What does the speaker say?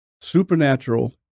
supernatural